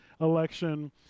election